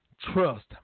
trust